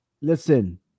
listen